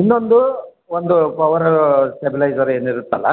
ಇನ್ನೊಂದು ಒಂದು power stabiliser ಏನು ಇರುತ್ತಲ್ಲ